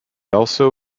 also